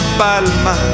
palma